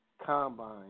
combine